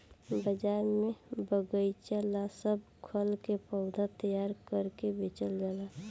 बाजार में बगएचा ला सब खल के पौधा तैयार क के बेचल जाला